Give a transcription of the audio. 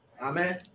amen